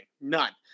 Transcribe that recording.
None